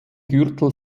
gürtel